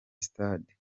stade